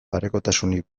parekotasunik